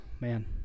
man